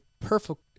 perfect